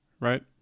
right